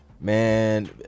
man